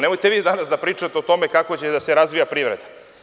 Nemojte vi danas da pričate o tome kako će da se razvija privreda.